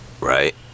right